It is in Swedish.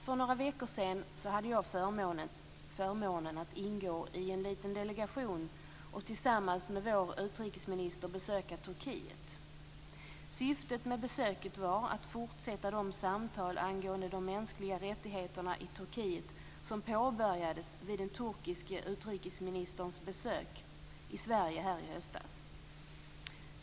För några veckor sedan hade jag förmånen att ingå i en liten delegation som tillsammans med vår utrikesminister besökte Turkiet. Syftet med besöket var att fortsätta de samtal angående de mänskliga rättigheterna i Turkiet som påbörjades vid den turkiske utrikesministerns besök i Sverige i höstas.